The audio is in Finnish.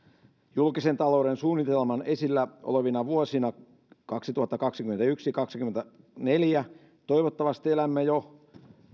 julkisen talouden suunnitelman esillä olevina vuosina kaksituhattakaksikymmentäyksi viiva kaksikymmentäneljä toivottavasti elämme jo